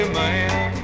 man